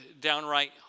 downright